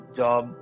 job